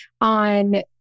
on